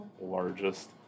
largest